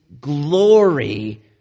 glory